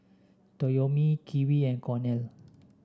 Toyomi Kiwi and Cornell